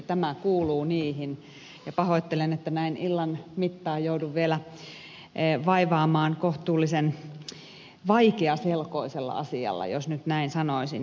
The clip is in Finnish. tämä kuuluu niihin ja pahoittelen että näin illan mittaan joudun vielä vaivaamaan kohtuullisen vaikeaselkoisella asialla jos nyt näin sanoisin